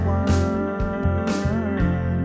one